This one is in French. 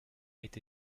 été